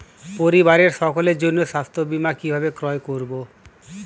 পরিবারের সকলের জন্য স্বাস্থ্য বীমা কিভাবে ক্রয় করব?